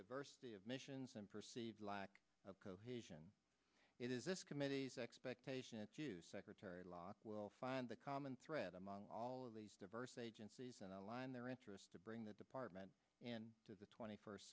diversity of missions and perceived lack of cohesion it is this committee's expectation and secretary locke will find the common thread among all of these diverse agencies and align their interest to bring the department and to the twenty first